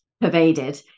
pervaded